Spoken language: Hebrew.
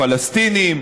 פלסטינים.